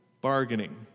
Bargaining